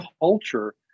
culture